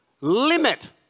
limit